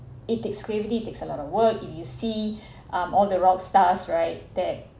it takes creativity takes a lot of work if you see um all the rock stars right there